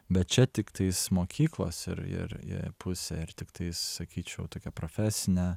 bet čia tiktais mokyklos ir ir pusė ir tiktai sakyčiau tokia profesinė